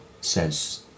says